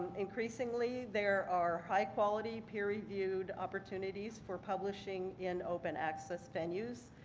increasingly there are high quality, peer reviewed opportunities for publishing in open access venues,